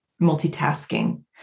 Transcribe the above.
multitasking